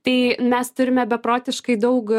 tai mes turime beprotiškai daug